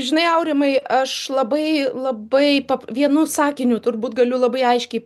žinai aurimai aš labai labai vienu sakiniu turbūt galiu labai aiškiai